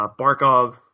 Barkov